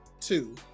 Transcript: two